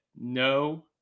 no